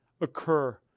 occur